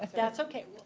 that's okay.